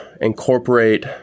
incorporate